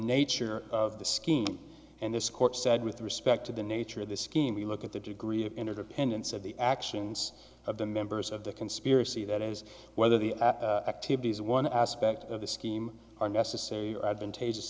nature of the scheme and this court said with respect to the nature of this scheme we look at the degree of interdependence of the actions of the members of the conspiracy that is whether the activities one aspect of the scheme are necessary advantage